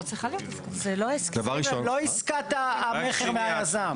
לא עסקת המכר מהיזם.